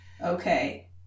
Okay